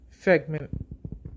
segment